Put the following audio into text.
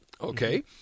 Okay